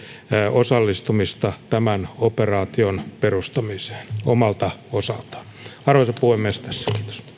osallistumista tämän operaation perustamiseen omalta osaltaan arvoisa puhemies tässä